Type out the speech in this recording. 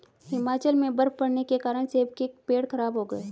हिमाचल में बर्फ़ पड़ने के कारण सेब के पेड़ खराब हो गए